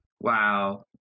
Wow